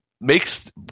makes